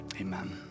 amen